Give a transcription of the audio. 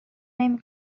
نمی